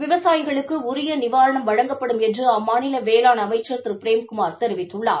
விவசாயிகளுக்கு உரிய நிவாரணம் வழங்கப்படும் என்று அம்மாநில வேளாண் அமைச்சா் திரு பிரேம்குமார் தெரிவித்துள்ளார்